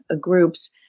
groups